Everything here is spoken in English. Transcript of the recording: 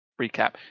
recap